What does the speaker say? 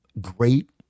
great